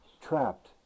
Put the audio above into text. trapped